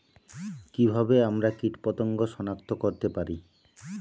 কিভাবে আমরা কীটপতঙ্গ সনাক্ত করতে পারি?